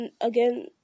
again